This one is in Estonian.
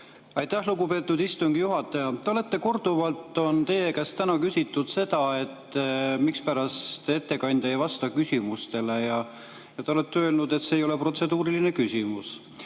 Aitäh, lugupeetud istungi juhataja! Korduvalt on teie käest küsitud, mispärast ettekandja ei vasta küsimustele, ja te olete öelnud, et see ei ole protseduuriline küsimus.